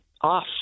off